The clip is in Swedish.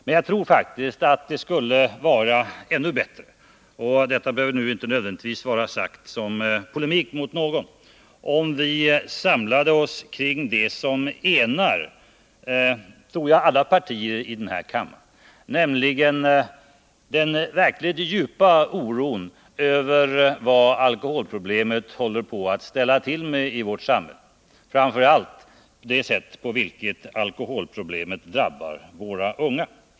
Men jag tror faktiskt att det skulle vara ännu bättre — detta behöver inte nödvändigtvis vara sagt såsom polemik mot någon — om vi samlade oss kring det som enar alla partier i denna kammare, nämligen den verkligt djupa oron över vad alkoholproblemet håller på att ställa till med i vårt samhälle, framför allt för våra unga.